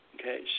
Okay